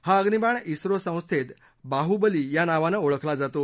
हा अम्निबाण इस्रो संस्थेत बाहुबली या नावानं ओळखला जातो